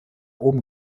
oben